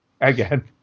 again